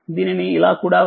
దీనిని ఇలా కూడా వ్రాయవచ్చు